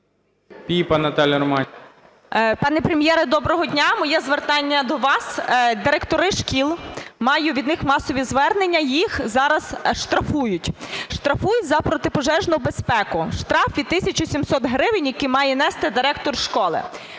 ПІПА Н.Р. Пане Прем'єре, доброго дня. Моє звертання до вас. Директори шкіл, маю від них масові звернення, їх зараз штрафують. Штрафують за протипожежну безпеку: штраф від 1 700 гривень, який має нести директор школи.